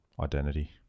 Identity